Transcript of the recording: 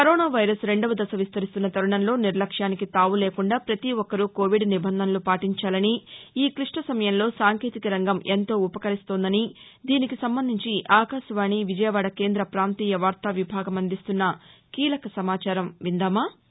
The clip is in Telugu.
కరోనా వైరస్ రెండో దశ విస్తరిస్తున్న తరుణంలో నిర్లక్ష్యానికి తావు లేకుండా పతి ఒక్కరూ కోవిడ్ నిబంధనలు పాటించాలని ఈ క్లిష్ణ సమయంలో సాంకేతిక రంగం ఎంతో ఉపకరిస్తోందని దీనికి సంబంధించి ఆకాశవాణి విజయవాడ కేంద్ర ప్రాంతీయ వార్తా విభాగం అందిస్తున్న కీలక సమాచారం విందామా